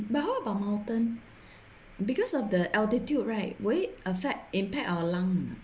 but how about mountain because of the altitude right why it affect impact our lung or not